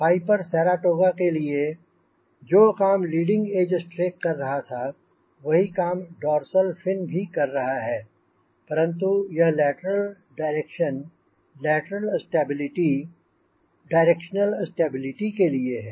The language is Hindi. पाइपर साराटोगा के लिए जो काम लीडिंग एज स्ट्रेक कर रहा था वही काम डोर्सल फिन भी कर रहा है परंतु यह lateral direction lateral stability directional stability के लिए है